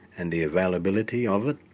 and the availability of it.